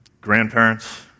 grandparents